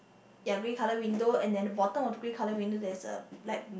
ya green window and then the bottom of the green colour window there's a black